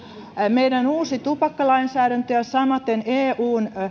meidän uusi tupakkalainsäädäntömme ja samaten eun